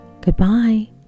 goodbye